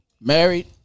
Married